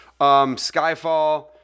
Skyfall